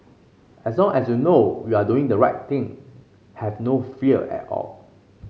as long as you know you are doing the right thing have no fear at all